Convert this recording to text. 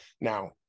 Now